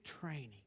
training